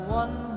one